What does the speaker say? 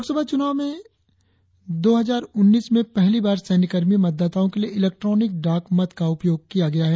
लोकसभा चुनाव में दो हजार उन्नीस में पहली बार सैन्यकर्मी मतदाताओं के लिए इलेक्ट्रोनिक डाक मत का उपयोग किया गया है